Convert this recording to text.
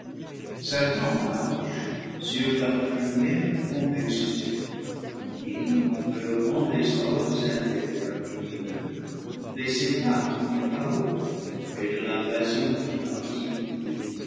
satan marche sur la première convexité qui enveloppant les orbes inférieurs lumineux les sépare du chaos et de l'invasion de l'antique